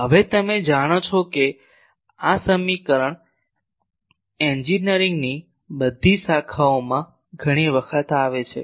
હવે તમે જાણો છો કે આ સમીકરણ એન્જિનિયરિંગની બધી શાખાઓમાં ઘણી વખત આવે છે